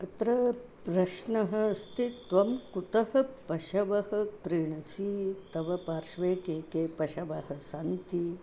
तत्र प्रश्नः अस्ति त्वं कुतः पशवः क्रीणासि तव पार्श्वे के के पशवः सन्ति